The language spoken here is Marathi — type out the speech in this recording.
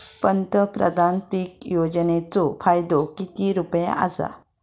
पंतप्रधान पीक योजनेचो फायदो किती रुपये आसा?